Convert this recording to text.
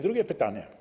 Drugie pytanie.